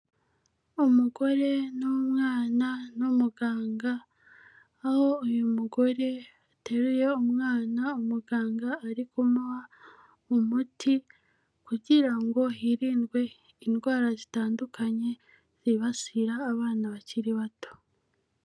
Umugore n'umwana n'umuganga, aho uyu mugore ateruye umwana, umuganga ari kumuha umuti kugira ngo hirindwe indwara zitandukanye, zibasira abana bakiri bato.